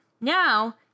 Now